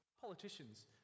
Politicians